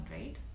right